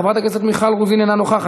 חברת הכנסת מיכל רוזין, אינה נוכחת.